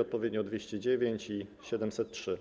odpowiednio druki nr 209 i 703.